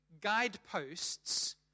guideposts